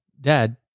dad